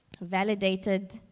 validated